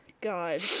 god